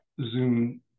Zoom